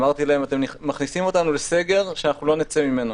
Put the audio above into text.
אמרתי להם: אתם מכניסים אותנו לסגר שאנחנו לא נצא ממנו.